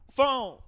Phone